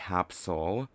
Capsule